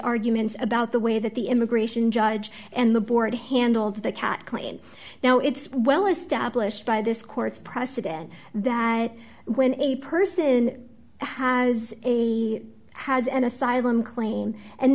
arguments about the way that the immigration judge and the board handled the cat clean now it's well established by this court's precedent that when a person has a has an asylum claim and